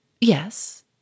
Yes